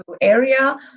area